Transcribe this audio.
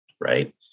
right